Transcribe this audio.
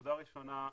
נקודה ראשונה,